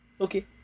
Okay